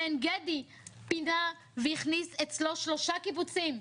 ועין גדי פינה והכניס אצלו שלושה קיבוצים,